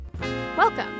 Welcome